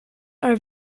are